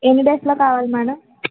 ఎన్ని డేస్లో కావాలి మేడం